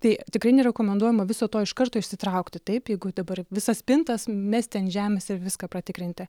tai tikrai nerekomenduojama viso to iš karto išsitraukti taip jeigu dabar visas spintas mesti ant žemės ir viską pratikrinti